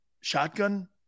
shotgun